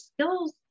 skills